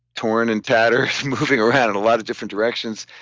torn and tattered, moving around in a lot of different directions,